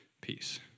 peace